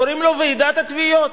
קוראים לו ועידת התביעות.